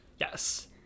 yes